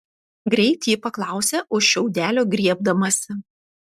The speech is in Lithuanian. greit ji paklausė už šiaudelio griebdamasi